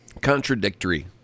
contradictory